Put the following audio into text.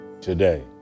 today